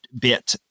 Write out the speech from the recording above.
bit